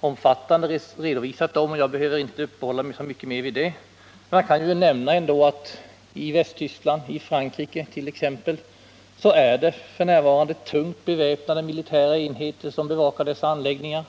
omfattande redovisat, varför jag inte behöver uppehålla mig så mycket mer vid det. Men jag kan ändå nämna att t.ex. i Västtyskland och Frankrike tungt beväpnade militära enheter bevakar dessa anläggningar.